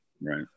Right